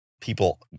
people